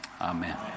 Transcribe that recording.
Amen